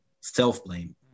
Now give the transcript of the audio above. self-blame